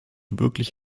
wirklich